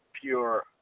pure